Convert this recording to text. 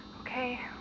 Okay